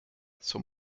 zum